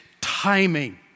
timing